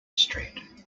street